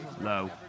Low